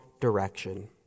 direction